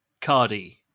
Cardi